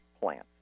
plant